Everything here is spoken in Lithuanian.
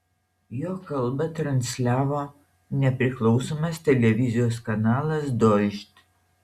jo kalbą transliavo nepriklausomas televizijos kanalas dožd